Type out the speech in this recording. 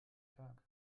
tag